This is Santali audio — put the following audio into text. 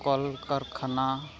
ᱠᱚᱞᱼᱠᱟᱨᱠᱷᱟᱱᱟ